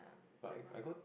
but I I got